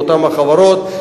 באותן החברות,